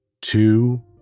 two